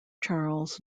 charles